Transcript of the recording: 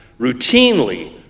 routinely